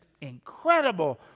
incredible